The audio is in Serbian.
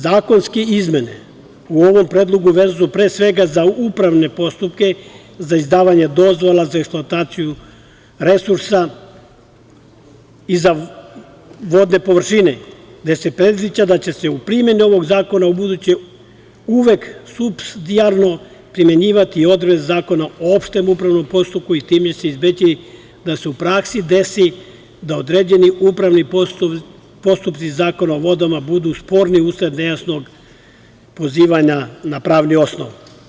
Zakonske izmene u ovom predlogu vezuju se pre svega za upravne postupke za izdavanje dozvola, za eksploataciju resursa i za vodne površine, gde se predviđa da će se u primeni ovog zakona u buduće uvek supstidijarno primenjivati odredbe Zakona o opštem upravnom postupku i time se izbeći da se u praksi desi da određeni upravni postupci iz Zakona o vodama budu sporni usled nejasnog pozivanja na pravni osnov.